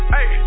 Hey